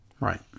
Right